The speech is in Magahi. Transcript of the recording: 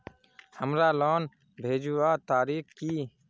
हमार लोन भेजुआ तारीख की?